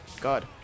god